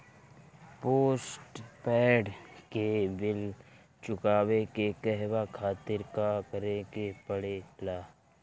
Postpaid के bill चुकावे के कहवा खातिर का करे के पड़ें ला?